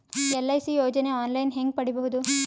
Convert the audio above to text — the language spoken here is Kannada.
ಎಲ್.ಐ.ಸಿ ಯೋಜನೆ ಆನ್ ಲೈನ್ ಹೇಂಗ ಪಡಿಬಹುದು?